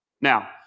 Now